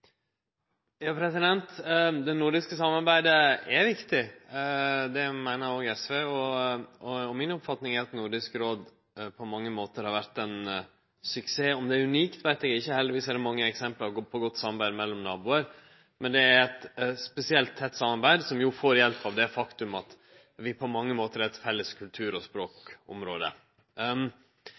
suksess. Om det er unikt, veit eg ikkje – heldigvis er det mange eksempel på godt samarbeid mellom naboar. Men det er eit spesielt tett samarbeid, som får hjelp av det faktum at vi på mange måtar er eit felles kultur- og språkområde.